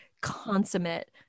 consummate